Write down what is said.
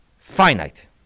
finite